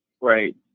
Right